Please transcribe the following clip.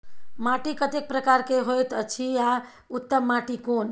माटी कतेक प्रकार के होयत अछि आ उत्तम माटी कोन?